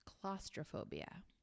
claustrophobia